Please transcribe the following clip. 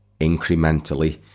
incrementally